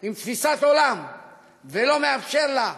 עם תפיסת עולם ולא מאפשר לה לזוז,